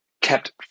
kept